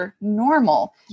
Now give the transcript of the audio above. normal